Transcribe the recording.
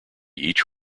each